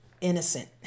innocent